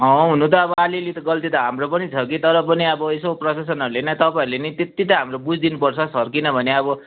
अँ हुनु त अलिअलि त गल्ती त हाम्रो पनि छ कि तर पनि अब यसो प्रशासनहरूले नि तपाईँहरूले नि त्यति त हाम्रो बुझिदिनु पर्छ सर किनभने अब